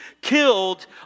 killed